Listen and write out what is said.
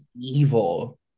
evil